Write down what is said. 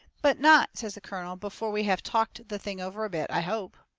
but not, says the colonel, before we have talked the thing over a bit, i hope?